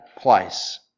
place